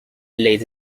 let